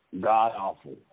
god-awful